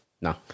No